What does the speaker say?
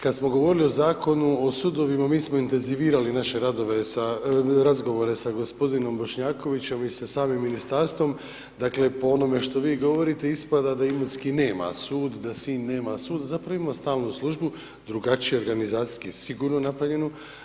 Kada smo govorili o Zakonu o sudovima mi smo intenzivirali naše razgovore sa gospodinom Bošnjakovićem i sa samim ministarstvo, dakle po onome što vi govorite ispada da Imotski nema sud, da Sinj nema sud a zapravo ima stalnu službu, drugačije organizacijski sigurno napravljenu.